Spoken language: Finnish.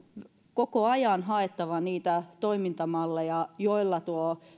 koko ajan haettava niitä toimintamalleja joilla tuo